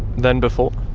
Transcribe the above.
than before?